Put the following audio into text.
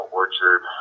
orchard